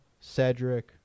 Cedric